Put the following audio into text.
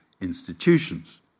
institutions